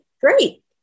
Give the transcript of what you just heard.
great